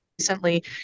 recently